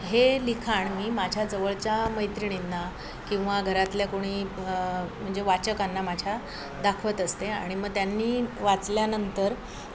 हे लिखाण मी माझ्या जवळच्या मैत्रिणींना किंवा घरातल्या कोणी म्हणजे वाचकांना माझ्या दाखवत असते आणि मग त्यांनी वाचल्यानंतर